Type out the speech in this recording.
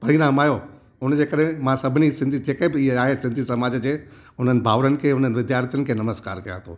परिणाम आयो हुनजे करे मां सभिनी सिंधी जेके बि ई आहे सिंधी समाज जे हुननि भावरनि खे हुननि विद्दार्थीयुनि खे नमस्कार कयां थो